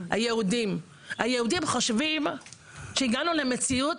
היהודים חושבים שהגענו למציאות,